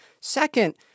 Second